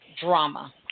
Drama